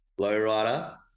lowrider